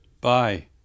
Bye